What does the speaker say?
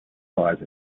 size